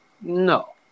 No